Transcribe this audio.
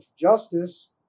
justice